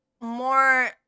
more